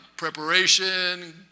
Preparation